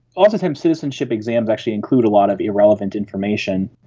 oftentimes citizenship exams actually include a lot of irrelevant information.